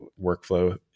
workflow